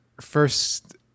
First